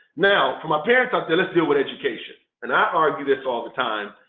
now, for my parents out there let's deal with education. and i argue this all the time.